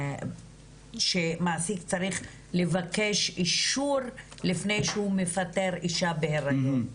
שמעסיק צריך לבקש אישור לפני שהוא מפטר אישה בהיריון.